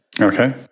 Okay